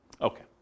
Okay